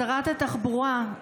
שרת התחבורה,